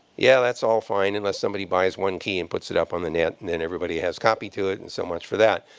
yeah, that's all fine, unless somebody buys one key and puts it up on the net. and then everybody has a copy to it, and so much for that.